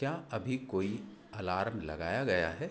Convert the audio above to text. क्या अभी कोई अलार्म लगाया गया है